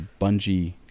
bungee